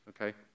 Okay